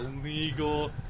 Illegal